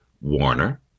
Warner